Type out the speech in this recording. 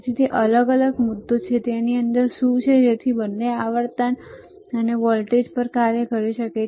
તેથી તે એક અલગ મુદ્દો છે કે તેની અંદર શું છે જેથી તે બંને આવર્તન બંને વોલ્ટેજ પર કાર્ય કરી શકે